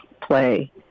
play